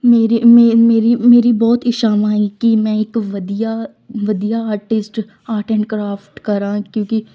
ਮੇਰੀ ਮੇ ਮੇਰੀ ਮੇਰੀ ਬਹੁਤ ਇੱਛਾਵਾਂ ਏ ਕਿ ਮੈਂ ਇੱਕ ਵਧੀਆ ਵਧੀਆ ਆਰਟਿਸਟ ਆਰਟ ਐਂਡ ਕਰਾਫਟ ਕਰਾਂ ਕਿਉਂਕਿ